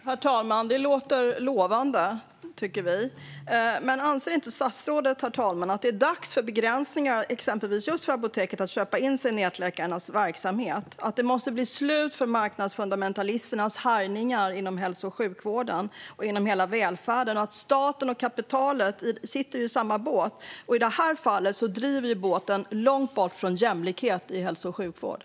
Herr talman! Det låter lovande, tycker vi. Men anser inte statsrådet att det är dags för begränsningar för exempelvis Apoteket AB att köpa in sig i nätläkarnas verksamhet? Det måste bli slut med marknadsfundamentalisternas härjningar inom hälso och sjukvården och inom hela välfärden. Staten och kapitalet sitter i samma båt, och i det här fallet driver båten långt bort från jämlikhet i hälso och sjukvården.